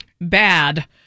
bad